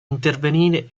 intervenire